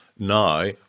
now